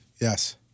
Yes